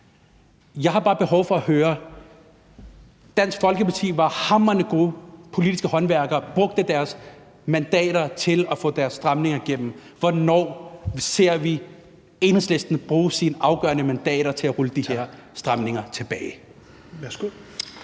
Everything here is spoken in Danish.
Jeg har bare behov for at høre noget: Dansk Folkeparti var hamrende gode politiske håndværkere og brugte deres mandater til at få deres stramninger igennem. Hvornår ser vi Enhedslisten bruge deres afgørende mandater til at rulle de her stramninger tilbage?